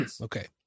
Okay